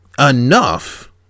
enough